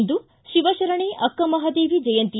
ಇಂದು ಶಿವಶರಣೆ ಅಕ್ಕಮಹಾದೇವಿ ಜಯಂತಿ